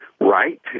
Right